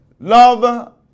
Love